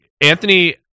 Anthony